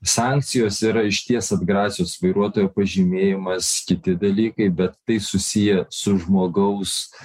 sankcijos yra išties atgrasios vairuotojo pažymėjimas kiti dalykai bet tai susiję su žmogaus